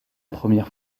première